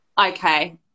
Okay